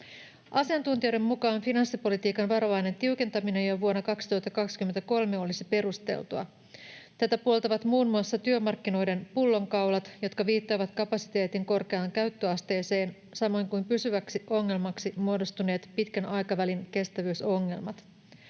Asiantuntijoiden mukaan finanssipolitiikan varovainen tiukentaminen jo vuonna 2023 olisi perusteltua. Tätä puoltavat muun muassa työmarkkinoiden pullonkaulat, jotka viittaavat kapasiteetin korkeaan käyttöasteeseen, samoin kuin pysyväksi ongelmaksi muodostuneet pitkän aikavälin kestävyysongelmat.